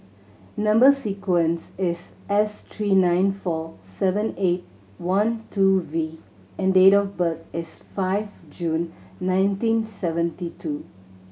number sequence is S three nine four seven eight one two V and date of birth is five June nineteen seventy two